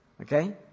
Okay